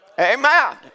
Amen